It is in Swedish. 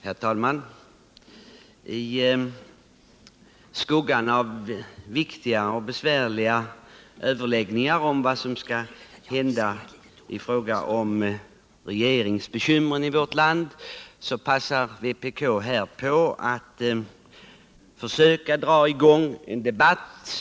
Herr talman! I skuggan av viktiga och besvärliga överläggningar — till följd av regeringsbekymren i vårt land — om vad som nu skall hända passar vänsterpartiet kommunisterna på att försöka dra i gång en debatt här.